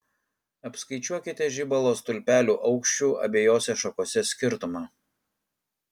apskaičiuokite žibalo stulpelių aukščių abiejose šakose skirtumą